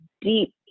deep